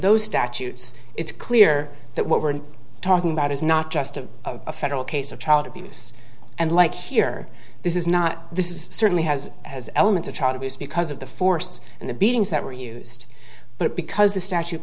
those statutes it's clear that what we're talking about is not just a federal case of child abuse and like here this is not this is certainly has has elements of child abuse because of the force and the beatings that were used but because the statu